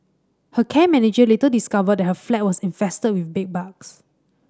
her care manager later discovered that her flat was infested with bedbugs